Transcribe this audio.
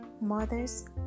mothers